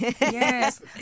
yes